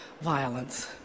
violence